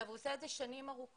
הוא עושה את זה שנים ארוכות,